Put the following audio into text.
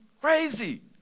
crazy